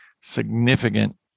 significant